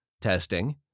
testing